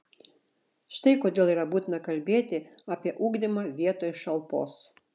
štai kodėl yra būtina kalbėti apie ugdymą vietoj šalpos